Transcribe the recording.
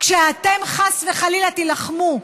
כשאתם חס וחלילה תילחמו,